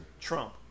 Trump